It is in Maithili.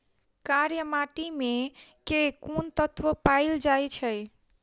कार्य माटि मे केँ कुन तत्व पैल जाय छै?